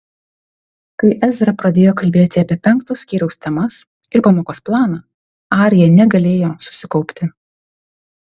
kai ezra pradėjo kalbėti apie penkto skyriaus temas ir pamokos planą arija negalėjo susikaupti